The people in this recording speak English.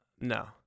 No